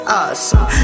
awesome